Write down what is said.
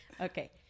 okay